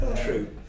true